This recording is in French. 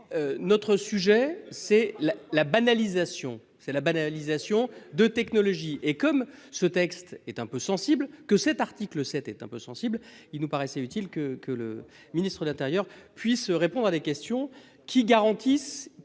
banalisation, c'est la banalisation de technologie et comme ce texte est un peu sensible que cet article 7 est un peu sensible, il nous paraissait utile que que le ministre de l'Intérieur puisse répondre à des questions qui garantissent